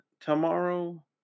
tomorrow